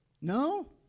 No